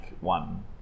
one